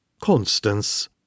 Constance